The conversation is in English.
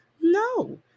No